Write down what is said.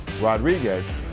Rodriguez